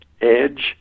edge